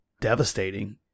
devastating